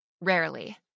Rarely